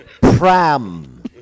pram